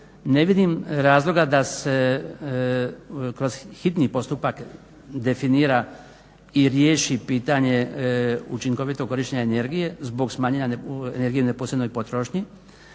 ne vidim razloga da se kroz hitni postupak definira i riješi pitanje učinkovitog korištenja energije zbog smanjenje energije u neposrednoj potrošnji.